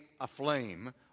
aflame